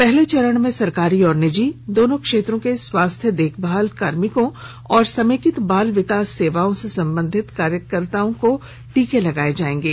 पहले चरण में सरकारी और निजी दोनों क्षेत्रों के स्वास्थ्य देखभाल कार्मिकों और समेकित बाल विकास सेवाओं से संबंधित कार्यकर्ताओं को टीके लगाए जाएंगे